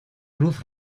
cruz